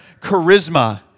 charisma